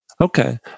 Okay